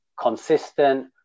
consistent